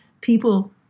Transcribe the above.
people